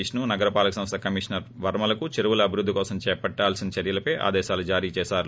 విష్ణు నగర పాలక సంస్ల కమిషనర్ వర్మ లకు ఈ చెరువుల అభివృద్ది కోసం చేపట్టాల్సిన చర్యలపై ఆదేశాలు జారీ చేశారు